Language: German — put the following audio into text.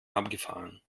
abgefahren